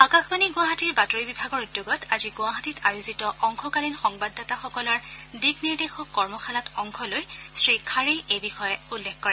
আকাশবাণী গুৱাহাটীৰ বাতৰি বিভাগৰ উদ্যোগত আজি গুৱাহাটীত আয়োজিত অংশকালীন সংবাদদাতাসকলৰ দিক্ নিৰ্দেশক কৰ্মশালাত অংশ লৈ শ্ৰী খাড়েই এই বিষয়ে উল্লেখ কৰে